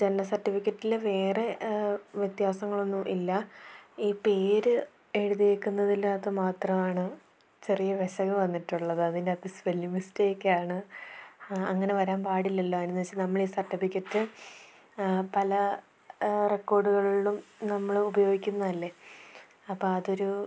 ജനന സർട്ടിഫിക്കറ്റിൽ വേറെ വ്യത്യാസങ്ങളൊന്നും ഇല്ല ഈ പേര് എഴുതിയിരിക്കുന്നതിൻ്റകത്തു മാത്രമാണ് ചെറിയ പിശക് വന്നിട്ടുള്ളതതിൻ്റകത്ത് സപെല്ലിംഗ് മിസ്റ്റേക്കാണ് ആ അങ്ങനെ വരാൻ പാടില്ലല്ലോ എന്നു വെച്ച് നമ്മളീ സർട്ടിഫിക്കറ്റ് പല റെക്കോഡുകളിലും നമ്മൾ ഉപയോഗിക്കുന്നതല്ലേ അപ്പം അതൊരു